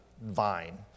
vine